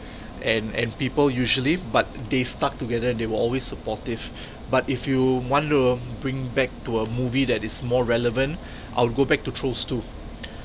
and and people usually but they stuck together and they were always supportive but if you want to um bring back to a movie that is more relevant I'll go back to trolls two